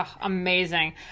amazing